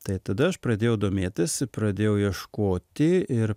tai tada aš pradėjau domėtis pradėjau ieškoti ir